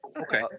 Okay